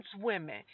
women